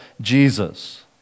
Jesus